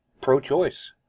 pro-choice